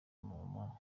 mama